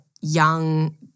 young